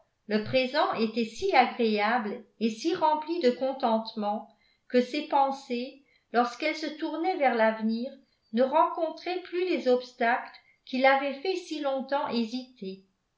le présent était si agréable et si rempli de contentement que ses pensées lorsqu'elles se tournaient vers l'avenir ne rencontraient plus les obstacles qui l'avaient fait si longtemps hésiter